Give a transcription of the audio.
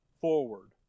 forward